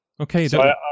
Okay